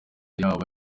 yabo